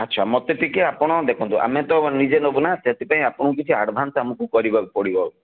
ଆଚ୍ଛା ମୋତେ ଟିକେ ଆପଣ ଦେଖନ୍ତୁ ଆମେ ତ ନିଜେ ନେବୁ ନା ସେଥିପାଇଁ ଆପଣଙ୍କୁ କିଛି ଆଡ଼ଭାନ୍ସ ଆମକୁ କରିବାକୁ ପଡ଼ିବ